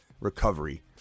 recovery